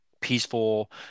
peaceful –